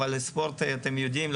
אבל הספורט אתם יודעים את זה,